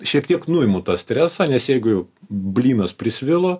šiek tiek nuimu tą stresą nes jeigu blynas prisvilo